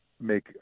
make